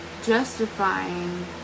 justifying